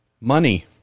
money